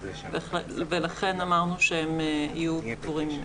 ולכן אמרנו שהם יהיו פטורים ממנה.